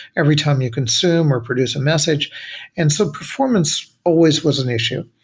every time you consume or produce a message and so performance always was an issue.